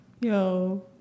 Yo